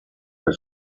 del